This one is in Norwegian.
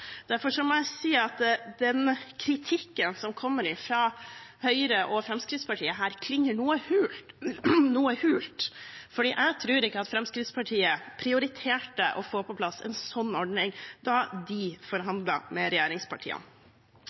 Derfor må jeg si at den kritikken som kommer fra Høyre og Fremskrittspartiet her, klinger noe hult, for jeg tror ikke Fremskrittspartiet prioriterte å få på plass en sånn ordning da de forhandlet med regjeringspartiene.